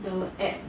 the app